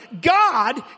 God